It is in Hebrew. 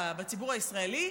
בציבור הישראלי,